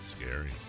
Scary